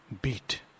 beat